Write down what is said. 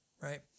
right